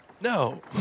No